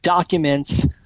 Documents